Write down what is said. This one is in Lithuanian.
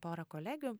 pora kolegių